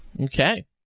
Okay